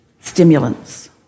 stimulants